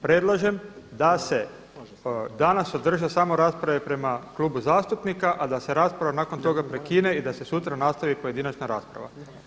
Predlažem da se danas održe samo rasprave prema klubu zastupnika, a da se rasprava nakon toga prekine i da se sutra nastavi pojedinačna rasprava.